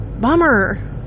bummer